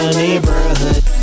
neighborhood